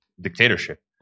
dictatorship